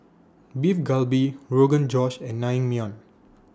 Beef Galbi Rogan Josh and Naengmyeon